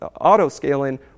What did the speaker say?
auto-scaling